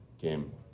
game